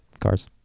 cars